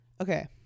Okay